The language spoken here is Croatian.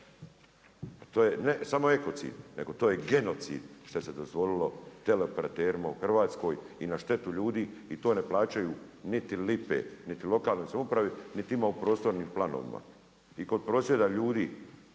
To je ne samo ekocid nego to je genocid što se dozvolilo teleoperaterima u Hrvatskoj i na štetu ljudi i to ne plaćaju niti lipe niti lokalnoj samoupravi niti ima u prostornim planovima. I kod prosvjeda ljudi